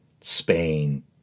Spain